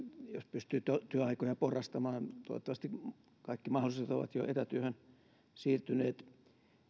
pystyä työaikoja porrastamaan ja toivottavasti kaikki mahdolliset ovat jo etätyöhön siirtyneet